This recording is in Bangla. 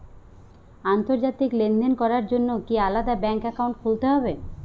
আন্তর্জাতিক লেনদেন করার জন্য কি আলাদা ব্যাংক অ্যাকাউন্ট খুলতে হবে?